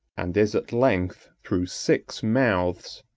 and is, at length, through six mouths,